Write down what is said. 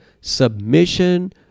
Submission